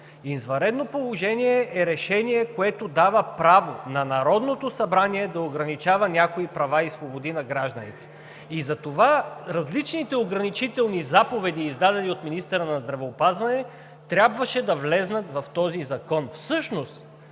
Извънредно положение е решение, което дава право на Народното събрание да ограничава някои права и свободи на гражданите. И затова различните ограничителни заповеди, издадени от министъра на здравеопазването, трябваше да влязат в този закон.